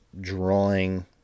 drawing